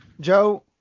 Joe